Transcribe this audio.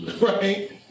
right